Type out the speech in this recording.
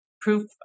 proof